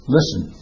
Listen